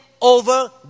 Over